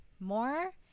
more